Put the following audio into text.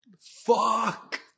fuck